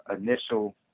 initial